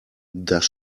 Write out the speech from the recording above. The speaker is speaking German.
das